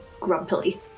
grumpily